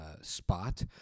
spot